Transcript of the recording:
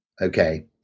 Okay